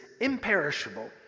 imperishable